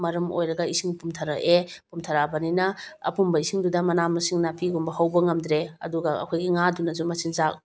ꯃꯔꯃ ꯑꯣꯏꯔꯒ ꯏꯁꯤꯡ ꯄꯨꯝꯊꯔꯛꯑꯦ ꯄꯨꯝꯊꯔꯛꯑꯕꯅꯤꯅ ꯑꯄꯨꯝꯕ ꯏꯁꯤꯡꯗꯨꯗ ꯃꯅꯥ ꯃꯁꯤꯡ ꯅꯥꯄꯤꯒꯨꯝꯕ ꯍꯧꯕ ꯉꯝꯗ꯭ꯔꯦ ꯑꯗꯨꯒ ꯑꯩꯈꯣꯏꯒꯤ ꯉꯥꯗꯨꯅꯁꯨ ꯃꯆꯤꯟꯖꯥꯛ